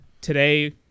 Today